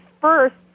first